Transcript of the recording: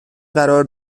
قرار